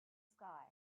sky